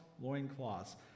loincloths